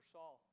Saul